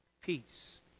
peace